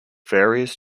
various